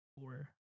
Four